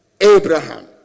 Abraham